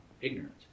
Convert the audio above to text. ignorance